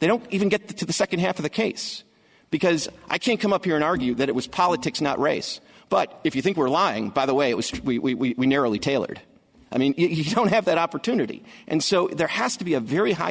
they don't even get to the second half of the case because i can come up here and argue that it was politics not race but if you think we're lying by the way it was we narrowly tailored i mean you don't have that opportunity and so there has to be a very high